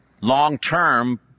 long-term